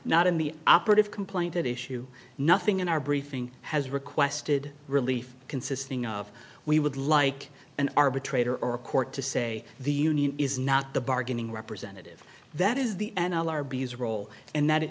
not in the operative complaint that issue nothing in our briefing has requested relief consisting of we would like an arbitrator or a court to say the union is not the bargaining representative that is the n l r b is role and that